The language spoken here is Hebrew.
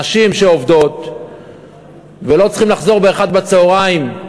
נשים שעובדות ולא צריכות לחזור ב-13:00